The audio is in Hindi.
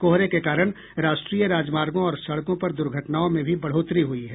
कोहरे के कारण राष्ट्रीय राजमार्गों और सड़कों पर दुर्घटनाओं में भी बढ़ोतरी हुई है